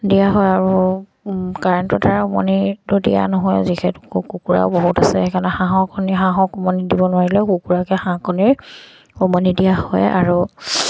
দিয়া হয় আৰু কাৰেণ্টটো উমনিটো দিয়া নহয় যিহেতু কুকুৰাও বহুত আছে সেইকাৰণে হাঁহৰ কণী হাঁহক উমনি দিব নোৱাৰিলেও কুকুৰাকে হাঁহ কণীৰ উমনি দিয়া হয় আৰু